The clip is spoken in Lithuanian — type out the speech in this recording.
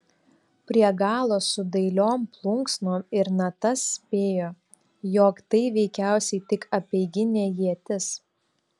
prie galo su dailiom plunksnom ir natas spėjo jog tai veikiausiai tik apeiginė ietis